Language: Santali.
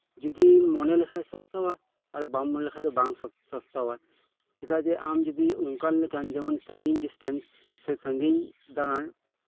ᱡᱚᱫᱤᱢ ᱢᱚᱱᱮ ᱞᱮᱠᱷᱟᱱ ᱥᱚᱥᱛᱟᱣᱟ ᱟᱨ ᱵᱟᱢ ᱢᱚᱱᱮ ᱞᱮᱠᱷᱟᱱ ᱵᱟᱝ ᱥᱚᱥ ᱥᱚᱥᱛᱟᱣᱟ ᱪᱮᱫᱟᱜ ᱡᱮ ᱟᱢ ᱡᱩᱫᱤ ᱚᱱᱠᱟᱱ ᱞᱮᱠᱟᱱ ᱥᱟᱹᱜᱤᱧ ᱰᱤᱥᱴᱮᱱᱥ ᱥᱮ ᱥᱟᱹᱜᱤᱧ ᱫᱟᱲᱟᱱ